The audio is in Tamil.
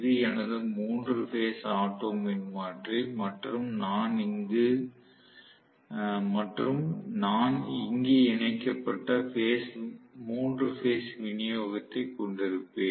இது எனது 3 பேஸ் ஆட்டோ மின்மாற்றி மற்றும் நான் இங்கு இணைக்கப்பட்ட 3 பேஸ் விநியோகத்தை கொண்டிருப்பேன்